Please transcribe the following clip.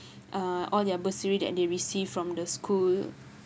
uh all their bursary that they received from the school